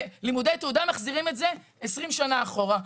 ולימודי תעודה מחזירים את זה 20 שנה אחורה.